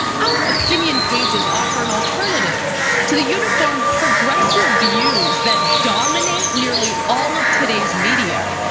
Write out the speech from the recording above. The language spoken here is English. our opinion pages offer an alternative to the uniform progressive views that dominate nearly all of today's media.